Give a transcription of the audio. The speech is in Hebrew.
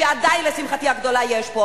שעדיין לשמחתי הגדולה יש פה,